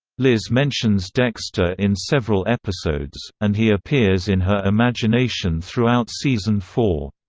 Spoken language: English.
liz mentions dexter in several episodes, and he appears in her imagination throughout season four.